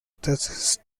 decades